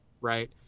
right